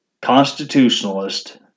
constitutionalist